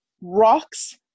rocks